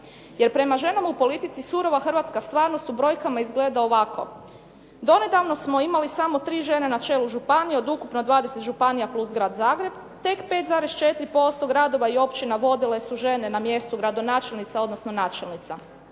Jer prema ženama u politici surova hrvatska stvarnost u brojkama izgleda ovako. Donedavno smo imali samo tri žene na čelu županije od ukupno 20 županija plus Grad Zagreb, tek 5,4% gradova i općina vodile su žene na mjestu gradonačelnica odnosno načelnica.